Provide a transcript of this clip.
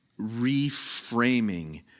reframing